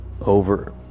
over